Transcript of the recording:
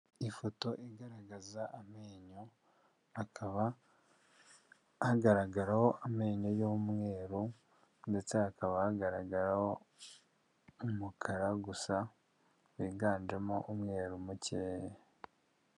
Ifoto igaragaza amenyo, akaba hagaragaraho amenyo y'umweru ndetse hakaba hagaragaraho, n'umukara gusa wiganjemo umweru mukeya.